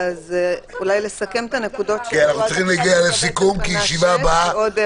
אנחנו צריכים להגיע לסיכום כי ישיבה הבאה כבר נכנסת.